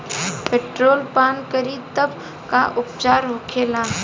Petrol पान करी तब का उपचार होखेला?